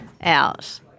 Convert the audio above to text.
out